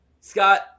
Scott